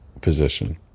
position